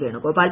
Venugopal